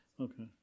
Okay